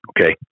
Okay